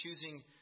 choosing